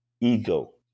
ego